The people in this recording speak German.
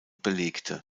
belegte